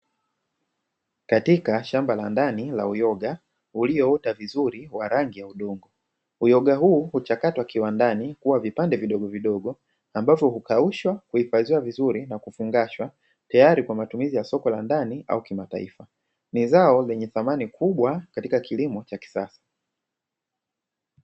Katika shamba la ndani la uyoga, ulioota vizuri wa rangi ya udongo. Uyoga huu huchakatwa kiwandani kuwa vipande vidogo vidogo, ambavyo hukaushwa ,huhifadhiwa vizuri na kufungashwa tayari kwa matumizi ya soko la ndani au kimataifa. Ni zao lenye thamani kubwa katika kilimo cha kisasa.